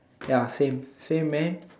ya same same man